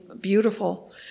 beautiful